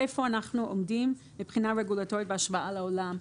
איפה אנחנו עומדים מבחינה רגולטורית בהשוואה לעולם.